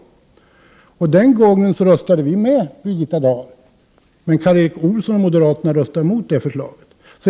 Den gången röstade vi med Birgitta Dahl, men Karl Erik Olsson och moderaterna röstade emot det förslaget.